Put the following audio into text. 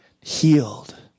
healed